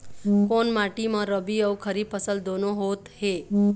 कोन माटी म रबी अऊ खरीफ फसल दूनों होत हे?